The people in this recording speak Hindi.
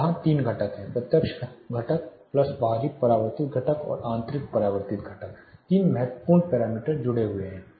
तो यहाँ तीन घटक हैं प्रत्यक्ष घटक प्लस बाहरी परावर्तित घटक और आंतरिक परावर्तित घटक तीन महत्वपूर्ण पैरामीटर जुड़े हुए हैं